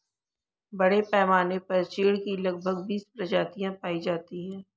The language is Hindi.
बड़े पैमाने पर चीढ की लगभग बीस प्रजातियां पाई जाती है